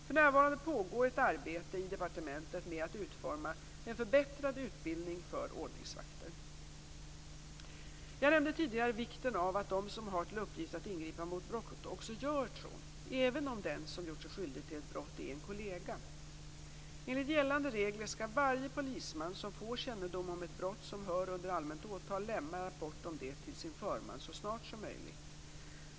För närvarande pågår ett arbete i departementet med att utforma en förbättrad utbildning för ordningsvakter. Jag nämnde tidigare vikten av att de som har till uppgift att ingripa mot brott också gör så, även om den som gjort sig skyldig till ett brott är en kollega. Enligt gällande regler skall varje polisman som får kännedom om ett brott som hör under allmänt åtal lämna rapport om det till sin förman så snart som möjligt.